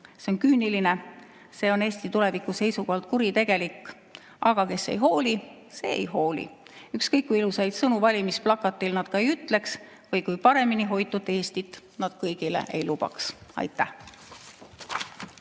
See on küüniline, see on Eesti tuleviku seisukohalt kuritegelik. Aga kes ei hooli, see ei hooli, ükskõik kui ilusaid sõnu valimisplakatil nad ka ei ütleks või kui paremini hoitud Eestit nad kõigile ei lubaks. Aitäh!